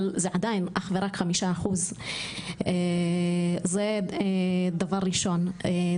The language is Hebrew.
אך זה עדיין אך ורק 5%. דבר שני,